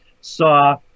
saw